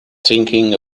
thinking